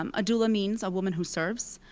um a doula means a woman who serves.